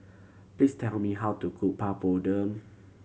please tell me how to cook Papadum